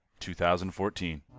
2014